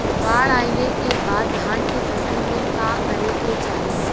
बाढ़ आइले के बाद धान के फसल में का करे के चाही?